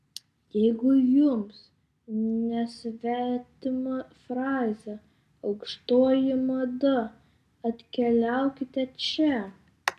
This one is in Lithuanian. jeigu jums nesvetima frazė aukštoji mada atkeliaukite čia